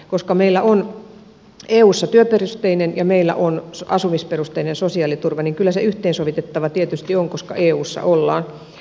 koska meillä on eussa työperusteinen ja meillä on asumisperusteinen sosiaaliturva niin kyllä se yhteensovitettava tietysti on koska eussa ollaan